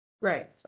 Right